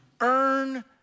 earn